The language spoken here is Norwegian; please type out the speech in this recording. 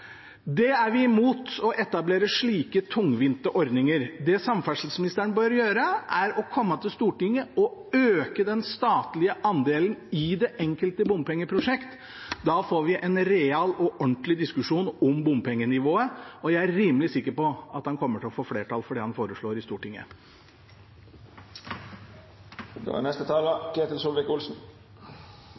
Vi er imot å etablere slike tungvinte ordninger. Det samferdselsministeren bør gjøre, er å komme til Stortinget og øke den statlige andelen i det enkelte bompengeprosjektet. Da får vi en real og ordentlig diskusjon om bompengenivået, og jeg er rimelig sikker på at han kommer til å få flertall for det han foreslår i Stortinget. Vi hadde en real diskusjon om bompengenivåene da